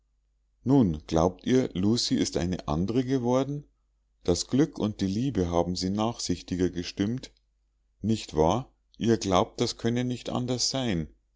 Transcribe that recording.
nun glaubt ihr lucie ist eine andre geworden das glück und die liebe haben sie nachsichtiger gestimmt nicht wahr ihr glaubt das könne nicht anders sein